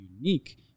unique